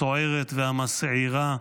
הסוערת והמסעירה,